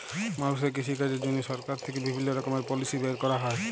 মালুষের কৃষিকাজের জন্হে সরকার থেক্যে বিভিল্য রকমের পলিসি বের ক্যরা হ্যয়